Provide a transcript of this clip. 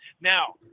Now